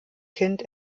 kind